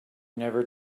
never